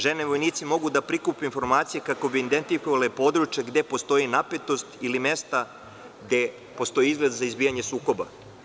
Žene vojnici mogu da prikupe informacije kako bi identifikovale područje gde postoji napetost ili mesta gde postoji izgled za izbijanje sukoba.